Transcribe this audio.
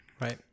Right